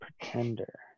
Pretender